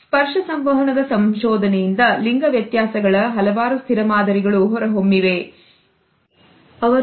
ಸ್ಪರ್ಶ ಸಂವಹನದ ಸಂಶೋಧನೆಯಿಂದ ಲಿಂಗ ವ್ಯತ್ಯಾಸಗಳ ಹಲವಾರು ಸ್ಥಿರ ಮಾದರಿಗಳು ಹೊರಹೊಮ್ಮಿವೆ ಎಂದು ಅವರು ಸೂಚಿಸಿದ್ದಾರೆ